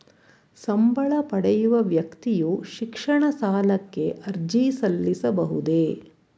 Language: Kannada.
ಸಂಬಳ ಪಡೆಯುವ ವ್ಯಕ್ತಿಯು ಶಿಕ್ಷಣ ಸಾಲಕ್ಕೆ ಅರ್ಜಿ ಸಲ್ಲಿಸಬಹುದೇ?